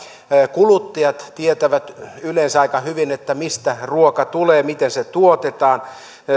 kuluttajat tietävät yleensä aika hyvin mistä ruoka tulee miten se tuotetaan